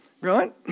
Right